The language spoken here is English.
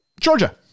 georgia